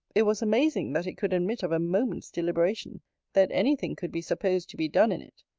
it was amazing, that it could admit of a moment's deliberation that any thing could be supposed to be done in it.